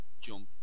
jump